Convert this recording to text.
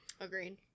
Agreed